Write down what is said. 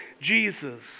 Jesus